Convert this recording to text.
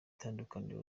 tandukaniro